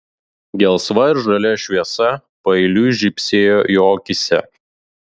gelsva ir žalia šviesa paeiliui žybsėjo jo akyse